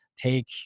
Take